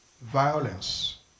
violence